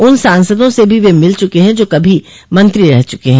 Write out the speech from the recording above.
उन सांसदों से भी वे मिल चुके हैं जो कभी मंत्री रह चुके हैं